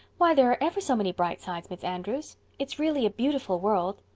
why, there are ever so many bright sides, miss andrews. it's really a beautiful world.